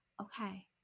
okay